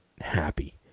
happy